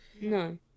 No